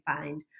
find